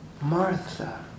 Martha